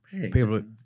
people